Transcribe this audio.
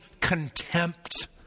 contempt